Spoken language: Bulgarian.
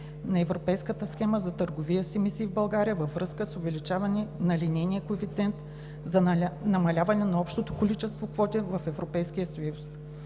на Европейската схема за търговия с емисии в България във връзка с увеличаване на линейния коефициент за намаление на общото количество квоти в Европейския съюз.